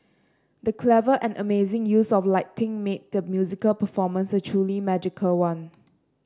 the clever and amazing use of lighting made the musical performance a truly magical one